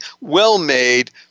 well-made